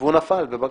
והוא נפל בבג"ץ.